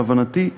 להבנתי,